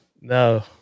No